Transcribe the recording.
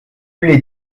les